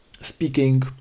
speaking